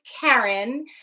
Karen